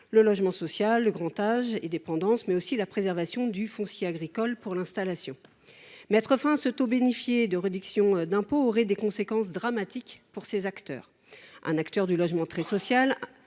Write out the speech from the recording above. le logement social, le grand âge et la dépendance, ou encore la préservation du foncier agricole pour l’installation. Mettre fin à ce taux bonifié de réduction d’impôt aurait des conséquences dramatiques pour les foncières solidaires. Ainsi, un acteur du logement très social